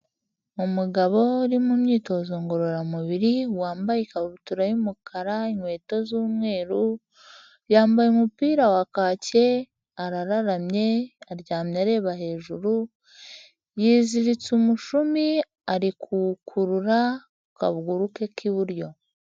Umugabo uri mu myitozo ngororamubiri, wambaye ikabutura y'umukara, inkweto z'umweru, yambaye umupira wa kake, arararamye, aryamye areba hejuru, yiziritse umushumi ari kuwukurura ku kaguru ke k'iburyo.